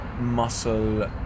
muscle